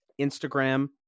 Instagram